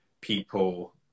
people